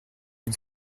une